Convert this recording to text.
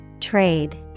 Trade